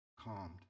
calmed